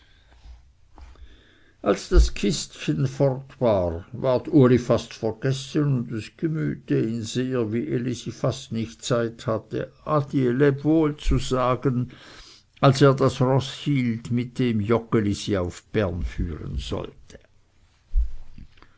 als das kistchen fort war ward uli fast vergessen und es gmühte ihn sehr wie elisi fast nicht zeit hatte adie leb wohl zu sagen als er das roß hielt mit dem joggeli sie auf bern fuhren wollte